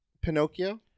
Pinocchio